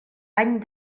any